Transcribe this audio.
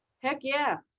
heck yeah.